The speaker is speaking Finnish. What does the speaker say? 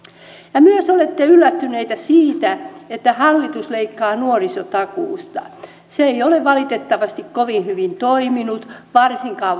ja myös olette yllättyneitä siitä että hallitus leikkaa nuorisotakuusta se ei ole valitettavasti kovin hyvin toiminut varsinkaan